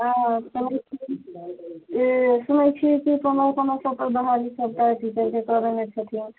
ओ सुनै छिए कि समय समय सबपर बहाली करते कि करै नहि छथिन